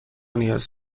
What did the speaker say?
نیاز